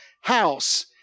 house